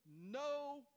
no